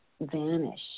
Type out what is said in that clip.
vanish